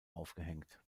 aufgehängt